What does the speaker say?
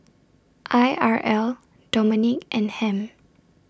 I R L Dominique and Ham